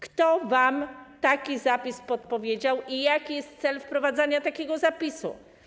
Kto wam taki zapis podpowiedział i jaki jest cel wprowadzania takiego zapisu?